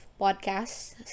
podcasts